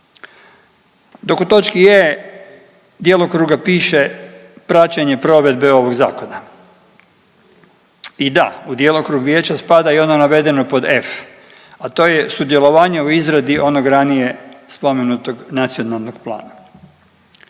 Dok u točki e) djelokruga piše praćenja provedbe ovog zakona. I da, u djelokrug vijeća spada i ono navedeno pod f), a to je sudjelovanje u izradi onog ranije spomenutog nacionalnog plana.